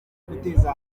guteza